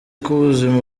k’ubuzima